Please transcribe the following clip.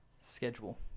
Schedule